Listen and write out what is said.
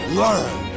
learn